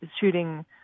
shooting